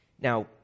Now